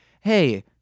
Hey